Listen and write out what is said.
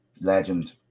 legend